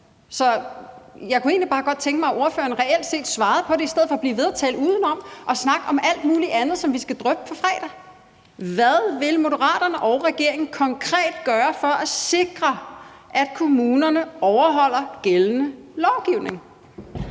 Så jeg kunne egentlig bare godt tænke mig, at ordføreren reelt set svarede på det i stedet for at blive ved at tale udenom og snakke om alt muligt andet, som vi skal drøfte på fredag. Hvad vil Moderaterne og regeringen konkret gøre for at sikre, at kommunerne overholder gældende lovgivning?